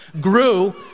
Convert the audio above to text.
grew